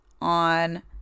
on